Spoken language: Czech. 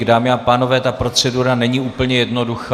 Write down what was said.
Dámy a pánové, ta procedura není úplně jednoduchá.